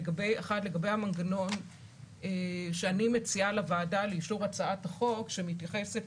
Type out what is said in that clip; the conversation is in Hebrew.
לגבי המנגנון שאני מציעה לוועדה לאישור הצעת החוק שמתייחסת